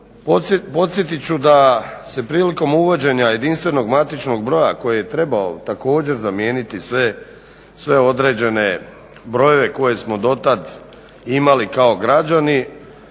Podsjetit ću da se prilikom uvođenja JMB koji je trebao također zamijeniti sve određene brojeve koje smo dotad imali kao građani,